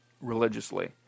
religiously